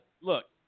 Look